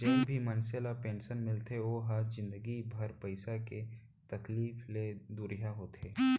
जेन भी मनसे ल पेंसन मिलथे ओ ह जिनगी भर पइसा के तकलीफ ले दुरिहा होथे